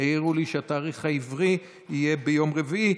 העירו לי שהתאריך העברי יהיה ביום רביעי.